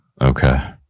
Okay